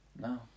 No